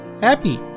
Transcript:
happy